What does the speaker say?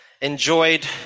enjoyed